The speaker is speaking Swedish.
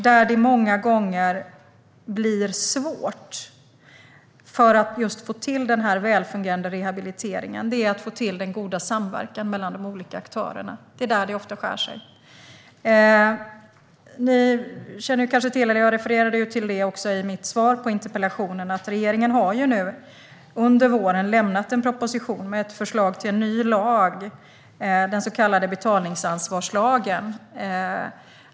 Där det många gånger blir svårt att få till den välfungerande rehabiliteringen är att få till den goda samverkan mellan de olika aktörerna. Det är där det ofta skär sig. Ni känner kanske till, och jag refererade också till det i mitt svar på interpellationen, att regeringen nu under våren har lämnat en proposition med ett förslag till en ny lag, den så kallade betalningsansvarslagen.